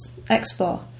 expo